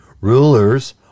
Rulers